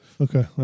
Okay